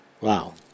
Wow